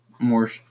More